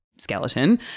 skeleton